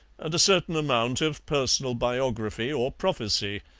and a certain amount of personal biography or prophecy.